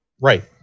Right